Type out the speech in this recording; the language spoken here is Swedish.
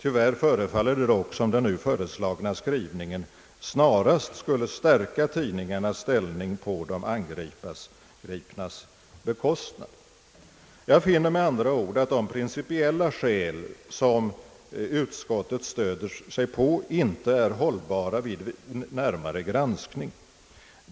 Tyvärr förefaller det dock som om den nu föreslagna skrivningen snarast skulle stärka tidningarnas ställning på de angripnas bekostnad. Jag finner med andra ord att de principiella skäl som utskottet stöder sig på inte är hållbara vid närmare granskning.